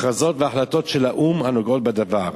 הכרזות והחלטות של האו"ם הנוגעות בדבר.